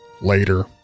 Later